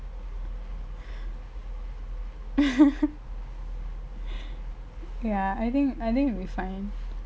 ya I think I think we'll be fine